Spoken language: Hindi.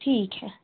ठीक है